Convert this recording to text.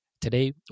Today